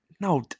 No